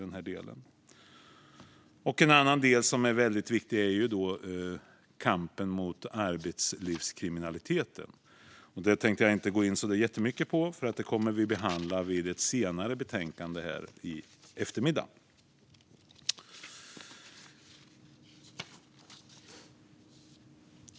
Något annat som är viktigt är kampen mot arbetslivskriminaliteten. Det tänkte jag inte gå in så jättemycket på, för det kommer vi att debattera här senare.